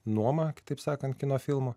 nuomą kitaip sakant kino filmų